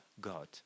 God